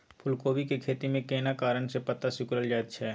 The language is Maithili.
फूलकोबी के खेती में केना कारण से पत्ता सिकुरल जाईत छै?